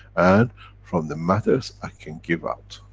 and from the matters i can give out.